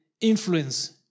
influence